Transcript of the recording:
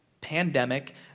pandemic